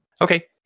Okay